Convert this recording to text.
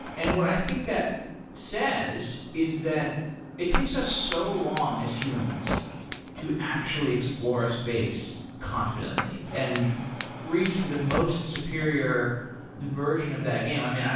and what i think that says is that it takes us so long as humans to actually explore a space confidently and reach the most superior version of that game. i mean,